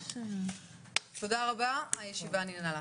תודה רבה, הישיבה ננעלה.